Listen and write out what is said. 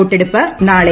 വോട്ടെടുപ്പ് നാളെ